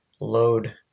load